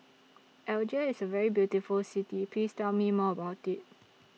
Algiers IS A very beautiful City Please Tell Me More about IT